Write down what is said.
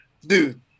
Dude